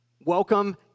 welcome